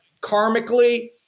karmically